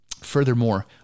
furthermore